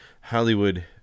Hollywood